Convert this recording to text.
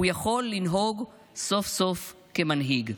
הוא יכול לנהוג סוף-סוף כמנהיג.